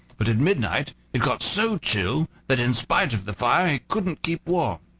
but at midnight it got so chill that in spite of the fire he couldn't keep warm.